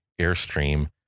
Airstream